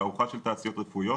תערוכה של תעשיות רפואיות,